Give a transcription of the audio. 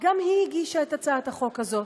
גם היא הגישה את הצעת החוק הזאת.